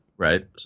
Right